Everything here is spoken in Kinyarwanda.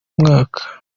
mwaka